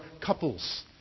couples